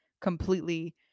completely